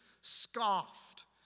scoffed